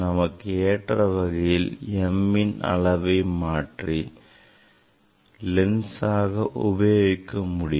நமக்கு ஏற்ற வகையில் mன் அளவை மாற்றி குவி லென்ஸ் ஆக உபயோகிக்க முடியும்